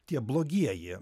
tie blogieji